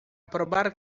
probar